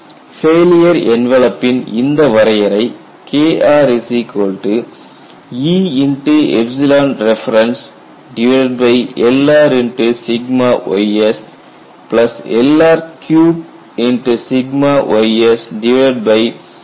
failure என்வலப்பின் இந்த வரையறை KrErefLrysLr3ys2Eref 12 ஆகும்